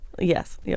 Yes